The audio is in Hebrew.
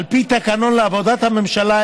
על פי תקנון לעבודת הממשלה,